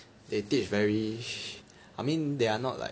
they teach very I mean they are not like